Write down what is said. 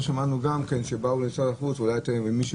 לא שמענו גם כן שבאו למשרד החוץ ואולי מישהו